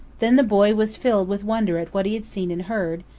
then the boy was filled with wonder at what he had seen and heard,